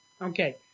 Okay